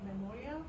memorial